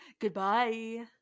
Goodbye